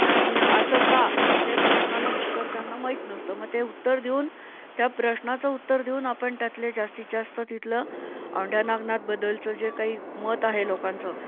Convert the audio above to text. आणि असं का हे प्रश्नाला उत्तर त्यांना माहीत नसतं मग ते उत्तर देऊन त्या प्रश्नाचं उत्तर देऊन आपण त्यातले जास्तीत जास्त तिथलं औंढ्या नागनाथबद्दलचं जे काही मत आहे लोकांचं